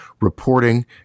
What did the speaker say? reporting